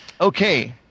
Okay